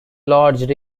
lodged